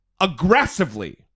aggressively